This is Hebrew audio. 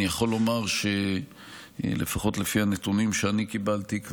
אני יכול לומר שלפחות לפי הנתונים שאני קיבלתי,